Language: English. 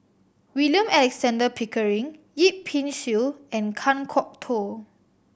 William Alexander Pickering Yip Pin Xiu and Kan Kwok Toh